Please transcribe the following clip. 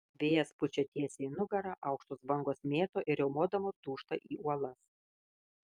vėjas pučia tiesiai į nugarą aukštos bangos mėto ir riaumodamos dūžta į uolas